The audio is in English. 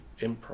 improv